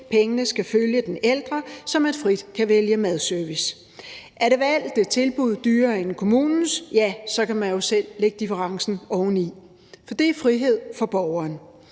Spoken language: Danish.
pengene skal følge den ældre, så man frit kan vælge madservice. Er det valgte tilbud dyrere end kommunens, kan man jo selv lægge differencen oveni, for det er frihed for borgeren.